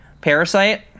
Parasite